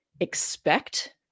expect